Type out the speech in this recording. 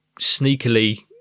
sneakily